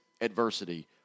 adversity